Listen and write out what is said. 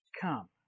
Come